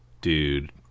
dude